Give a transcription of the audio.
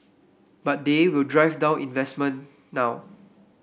but they will drive down investment now